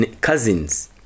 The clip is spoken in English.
cousins